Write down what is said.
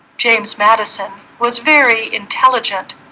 james madison was very intelligent.